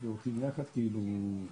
תראה, אותו דבר אומרים לנו מהקואליציה.